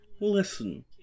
Listen